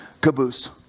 caboose